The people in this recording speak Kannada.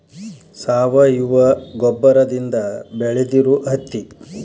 ಸಾವಯುವ ಗೊಬ್ಬರದಿಂದ ಬೆಳದಿರು ಹತ್ತಿ